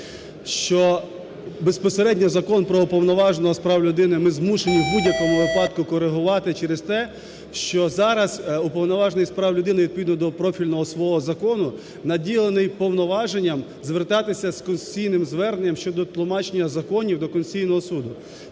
що безпосередньо Закон про Уповноваженого з прав людини ми змушені в будь-якому випадку коригувати через те, що зараз Уповноважений з прав людини відповідно до профільного свого закону наділений повноваженням звертатися з конституційним зверненням щодо тлумачення законів до Конституційного Суду.